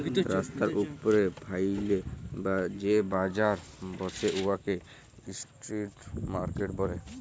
রাস্তার উপ্রে ফ্যাইলে যে বাজার ব্যসে উয়াকে ইস্ট্রিট মার্কেট ব্যলে